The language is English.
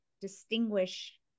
distinguish